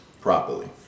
properly